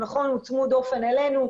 נכון, הוא צמוד דופן אלינו.